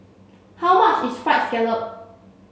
how much is fried scallop